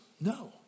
No